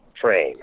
train